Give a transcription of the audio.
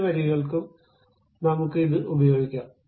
മറ്റ് വരികൾക്കും നമുക്ക് ഇത് ഉപയോഗിക്കാം